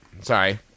Sorry